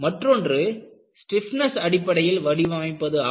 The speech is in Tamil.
மற்றொன்று ஸ்டிப்னஸ் அடிப்படையில் வடிவமைப்பது ஆகும்